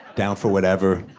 down for whatever.